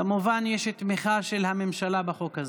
כמובן, יש תמיכה של הממשלה בחוק הזה.